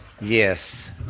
Yes